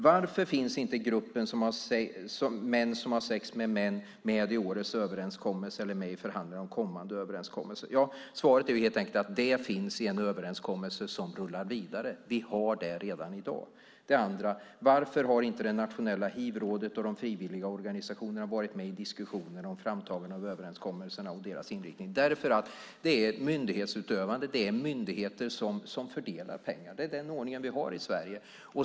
Varför finns inte gruppen män som har sex med män med i årets överenskommelse eller med i förhandlingen om kommande överenskommelse? Svaret är helt enkelt att det finns en överenskommelse som rullar vidare. Vi har det redan i dag. Den andra frågan: Varför har inte Nationella hivrådet och de frivilliga organisationerna varit med i diskussionen om framtagande av överenskommelserna och deras inriktning? Det är ett myndighetsutövande. Det är myndigheter som fördelar pengarna. Det är den ordning vi har i Sverige.